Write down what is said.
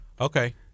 okay